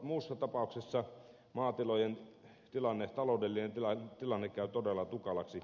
muussa tapauksessa maatilojen taloudellinen tilanne käy todella tukalaksi